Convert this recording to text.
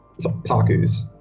pakus